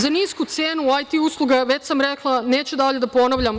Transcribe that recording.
Za nisu cenu IT usluga, već sam rekla, neću dalje da ponavljam.